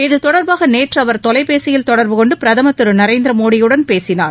இதுதொடர்பாக நேற்று அவர் தொலைபேசியில் தொடர்புகொண்டு பிரதமர் திரு நரேந்திர மோடியுடன் பேசினார்